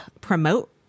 promote